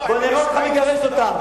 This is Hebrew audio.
בוא נראה אותך מגרש אותם.